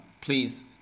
Please